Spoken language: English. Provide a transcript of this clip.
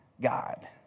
God